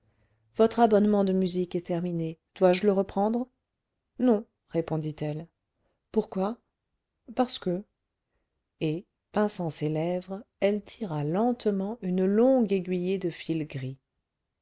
votre abonnement de musique est terminé dois-je le reprendre non répondit-elle pourquoi parce que et pinçant ses lèvres elle tira lentement une longue aiguillée de fil gris